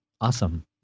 awesome